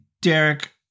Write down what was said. Derek